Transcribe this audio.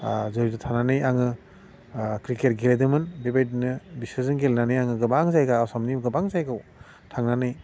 थानानै आङो क्रिकेट गेलेदोंमोन बेबायदिनो बिसोरजों गेलेनानै आङो गोबां जायगा आसामनि गोबां जायगायाव थांनानै